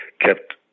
kept